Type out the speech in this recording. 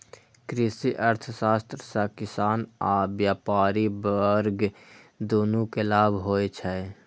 कृषि अर्थशास्त्र सं किसान आ व्यापारी वर्ग, दुनू कें लाभ होइ छै